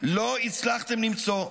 לא הצלחתם למצוא.